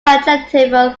adjectival